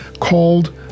called